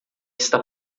está